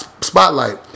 spotlight